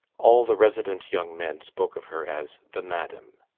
all the resident young men spoke of her as the madam.